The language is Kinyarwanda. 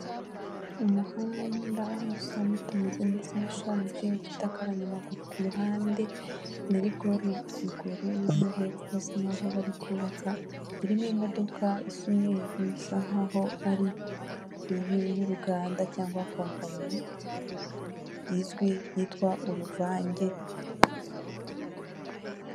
Umuhanda usa n'utameze neza washaje ufite ak'abanyamaguru ku ruhande na rigore ruguru, no hepfo basa nkaho bari kubaka, irimo imodoka isa umweru bisa nkaho ari y'uruganda cyangwa kompanyi izwi yitwa uruvange.